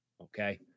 Okay